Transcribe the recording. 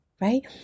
right